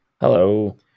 Hello